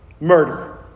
murder